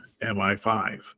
MI5